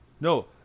No